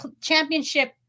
championship